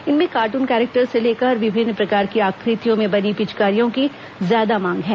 इनमें cartoon character से लेकर विभिन्न प्रकार की आकृतियों में बनी पिचकारियों की ज्यादा मांग है